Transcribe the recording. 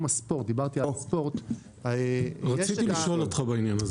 הספורט -- רציתי לשאול אותך בעניין הזה.